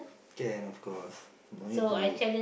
can and of course no need to